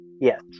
yes